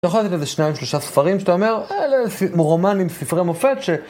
אתה יכול לעשות איזה שניים שלושה ספרים, שאתה אומר, אלה רומנים, ספרי מופת, ש...